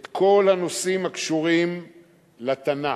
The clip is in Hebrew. את כל הנושאים הקשורים לתנ"ך.